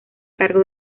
cargo